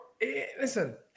listen